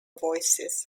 voices